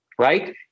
right